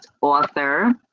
author